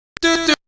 do